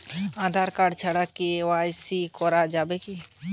Aadhaar card ছাড়া KYC করা যাবে কি না?